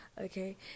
okay